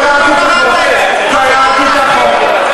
קראתי את החוק.